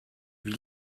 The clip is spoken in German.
wie